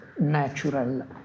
natural